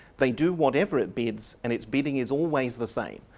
they do whatever it bids and its bidding is always the same,